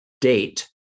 date